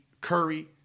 Curry